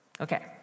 Okay